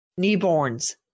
newborns